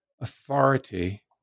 authority